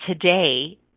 today